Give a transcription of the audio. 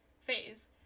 phase